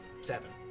Seven